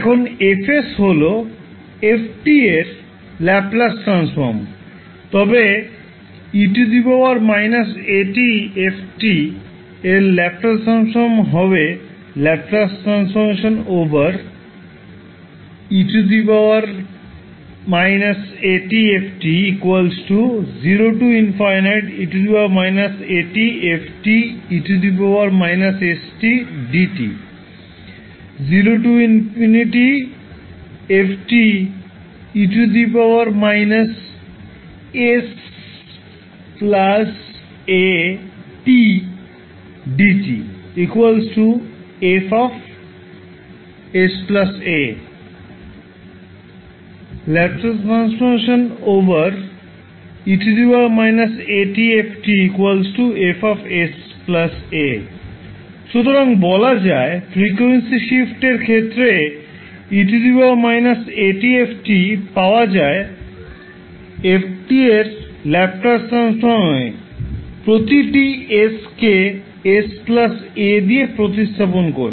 এখন 𝐹 𝑠 হল 𝑓 𝑡 এর ল্যাপ্লাস ট্রান্সফর্ম তবে 𝑒 − 𝑎𝑡𝑓 𝑡 এর ল্যাপ্লাস ট্রান্সফর্মহবে ℒ 𝑒 − 𝑎𝑡𝑓 𝑡 𝐹 𝑠 𝑎 সুতরাং বলা যায় ফ্রিকোয়েন্সি শিফ্টের ক্ষেত্রে 𝑒 − 𝑎𝑡𝑓 𝑡 পাওয়া যায় 𝑓 𝑡 এর ল্যাপ্লাস ট্রান্সফর্ম এ প্রতিটি 𝑠 কে 𝑠 𝑎 দিয়ে প্রতিস্থাপন করে